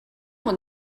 when